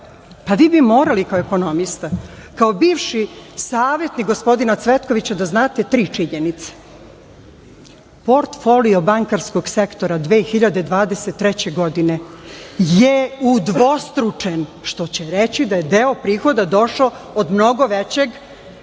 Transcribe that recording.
Pa, vi bi morali kao ekonomista, kao bivši savetnik gospodina Cvetkovića da znate tri činjenice. Portfolio bankarskog sektora 2023. godine je udvostručen, što će reći da je deo prihoda došao od mnogo većeg